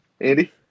Andy